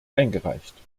eingereicht